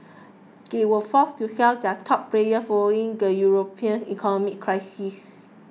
they were forced to sell their top players following the European economic crisis